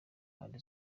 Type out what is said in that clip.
mpande